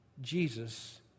Jesus